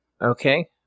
Okay